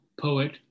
poet